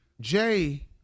Jay